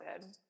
good